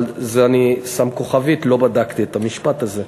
אבל על זה אני שם כוכבית, לא בדקתי את המשפט הזה.